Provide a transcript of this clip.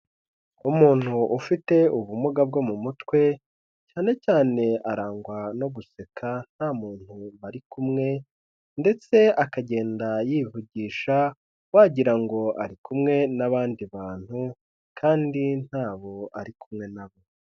Umuntu ufite ubumuga bwo mu mutwe, cyane cyane arangwa no guseka nta muntu bari kumwe, ndetse akagenda yivugisha wagira ngo ari kumwe n'abandi bantu, kandi ntabo ari kumwe nabo.